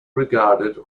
regarded